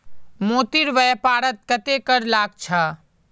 मोतीर व्यापारत कत्ते कर लाग छ